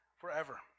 forever